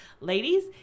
ladies